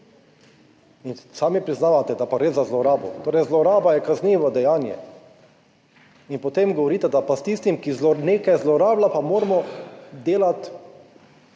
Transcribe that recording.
In sami priznavate, da pa gre za zlorabo, torej zloraba je kaznivo dejanje in potem govorite, da pa s tistim, ki nekaj zlorablja, pa moramo delati,